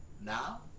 Now